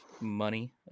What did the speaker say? money